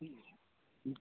जी जी